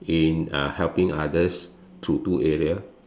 in uh helping others to do area